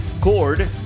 Cord